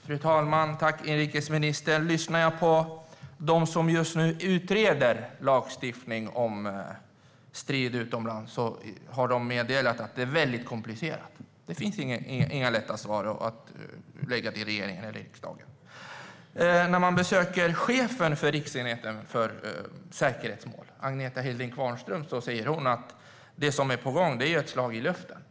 Fru talman! Tack, inrikesministern! De som just nu utreder lagstiftning om strid utomlands har meddelat att det är väldigt komplicerat. Det finns inga lätta svar att lägga fram till regeringen eller riksdagen. Chefen för riksenheten för säkerhetsmål, Agnetha Hilding Qvarnström, säger att det som är på gång är ett slag i luften.